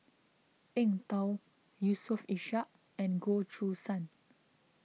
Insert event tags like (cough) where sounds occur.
Eng Tow Yusof Ishak and Goh Choo San (noise)